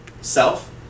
self